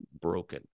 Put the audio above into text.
broken